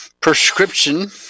prescription